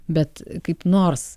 bet kaip nors